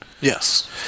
Yes